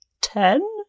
ten